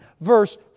verse